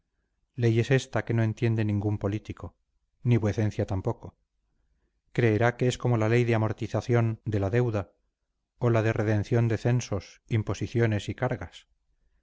es esta que no entiende ningún político ni vuecencia tampoco creerá que es como la ley de amortización de la deuda o la de redención de censos imposiciones y cargas